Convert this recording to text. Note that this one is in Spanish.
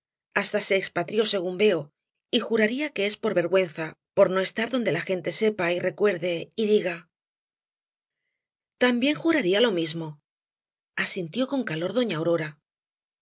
hasta se expatrió según veo y juraría que es por vergüenza por no estar donde la gente sepa y recuerde y diga también juraría lo mismo asintió con calor doña aurora